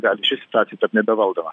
gali ši situacija tapt nebevaldoma